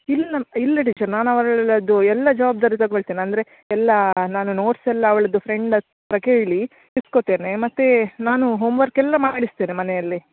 ಇಲ್ಲ ಇಲ್ಲ ಟೀಚರ್ ನಾನು ಅವಳದ್ದು ಎಲ್ಲ ಜವಾಬ್ದಾರಿ ತಗೋಳ್ತೇನೆ ಅಂದರೆ ಎಲ್ಲ ನಾನು ನೋಟ್ಸ್ ಎಲ್ಲ ಅವಳದ್ದು ಫ್ರೆಂಡ್ ಹತ್ತಿರ ಕೇಳಿ ಇಸ್ಕೊತೇನೆ ಮತ್ತೆ ನಾನು ಹೋಮ್ವರ್ಕ್ ಎಲ್ಲ ಮಾಡಿಸ್ತೇನೆ ಮನೆಯಲ್ಲೇ